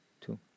two